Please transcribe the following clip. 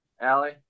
Allie